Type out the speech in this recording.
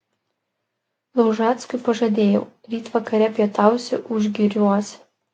laužackui pažadėjau ryt vakare pietausi užgiriuos